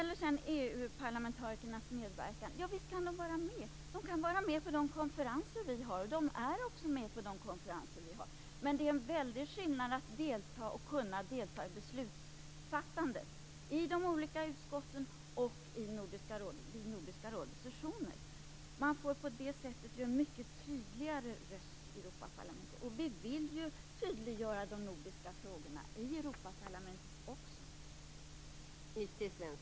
Javisst kan EU-parlamentarikerna vara med. De kan delta i de konferenser som vi anordnar, och de är också med på dem. Men det är en väldig skillnad på det och på att kunna delta i beslutsfattandet i de olika utskotten och vid Nordiska rådets sessioner. På det sättet skulle vi få en mycket tydligare röst i Europaparlamentet, och vi vill ju tydliggöra de nordiska frågorna också i Europaparlamentet.